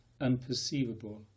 unperceivable